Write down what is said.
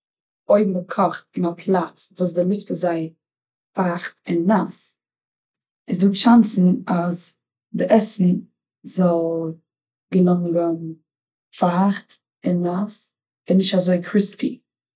אויך מ'קאכט אין א פלאץ וואס די לופט איז זייער פייכט און נאס, איז דא טשאנסן אז די עסן זאל געלונגען פייכט, און נאס, און נישט אזוע קריספי.